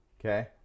okay